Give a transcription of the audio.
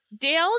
Dale